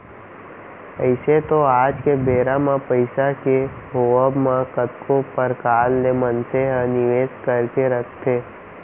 अइसे तो आज के बेरा म पइसा के होवब म कतको परकार ले मनसे ह निवेस करके रखथे